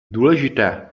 důležitá